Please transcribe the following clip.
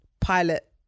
pilot